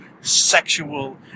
sexual